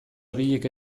horiek